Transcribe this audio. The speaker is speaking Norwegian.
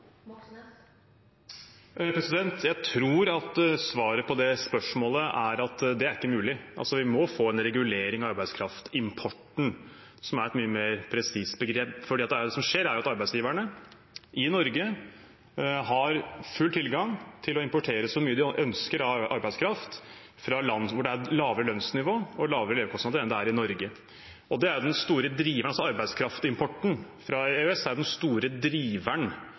Jeg tror at svaret på det spørsmålet er at det ikke er mulig. Vi må få en regulering av arbeidskraftimporten, som er et mye mer presist begrep. Det som skjer, er at arbeidsgiverne i Norge har full tilgang til å importere så mye de ønsker av arbeidskraft fra land hvor det er lavere lønnsnivå og lavere levekostnader enn det er i Norge. Arbeidskraftimporten fra EØS er den store driveren bak veldig mye av